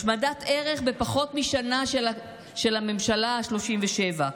השמדת ערך בפחות משנה של הממשלה השלושים-ושבע.